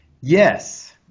Yes